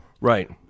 right